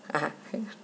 ah